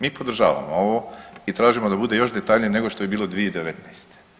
Mi podržavamo ovo i tražimo da bude još detaljnije nego što je bilo 2019.